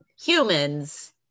humans